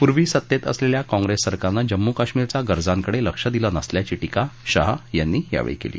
पूर्वी सत्तेत असलेल्या काँप्रेस सरकारनं जम्मू कश्मीरच्या गरजांकडे लक्ष दिले नसल्याची टीका शहा यांनी यावेळी केली